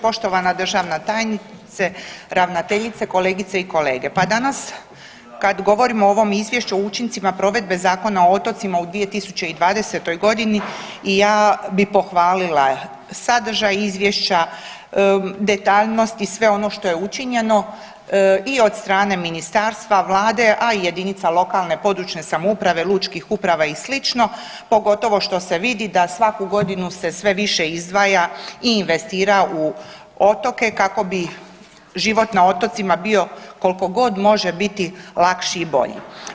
Poštovana državna tajnice, ravnateljice, kolegice i kolege, pa danas kad govorimo o ovom Izvješću o učincima provedbe Zakona o otocima u 2020. godini i ja bi pohvalila sadržaj izvješća, detaljnost i sve ono što je učinjeno i od strane ministarstva, vlade, a i jedinica lokalne, područne samouprave, lučkih uprava i slično pogotovo što se vidi da svaku godinu se sve više izdvaja i investira u otoke kako bi život na otocima bio koliko god može biti lakši bolji.